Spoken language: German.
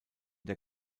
der